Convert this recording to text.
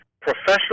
professional